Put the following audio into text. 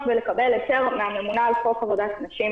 ולקבל היתר מהממונה על חוק עבודת נשים,